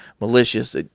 malicious